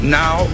now